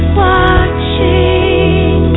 watching